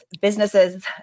businesses